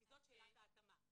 כי זאת שאלת ההתאמה.